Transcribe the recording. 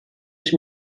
ich